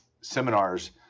seminars